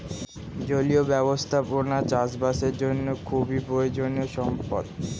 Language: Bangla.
জলীয় ব্যবস্থাপনা চাষবাসের জন্য খুবই প্রয়োজনীয় সম্পদ